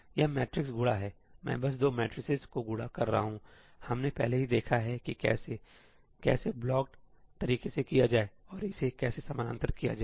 यह मैट्रिक्स गुणा हैमैं बस दो मैट्रिसेस को गुणा कर रहा हूंहमने पहले ही देखा है कि कैसे कि कैसे ब्लॉक्ड तरीके से किया जाए और इसे कैसे समानांतर किया जाए